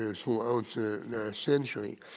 ah so out essentially.